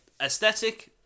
aesthetic